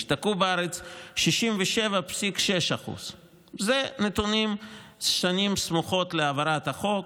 השתקעו בארץ 67.6%. אלה נתונים מהשנים שסמוכות להעברת החוק.